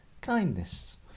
kindness